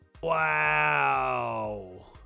Wow